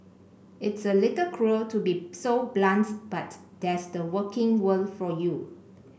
it's a little cruel to be so blunt but that's the working world for you